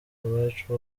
abacu